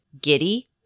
giddy